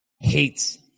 hates